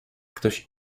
ktoś